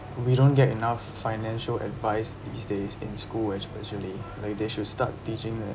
we don't get enough financial advice these days in school especially like they should start teaching